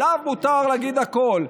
עליו מותר להגיד הכול.